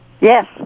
Yes